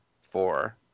four